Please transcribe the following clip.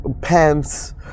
pants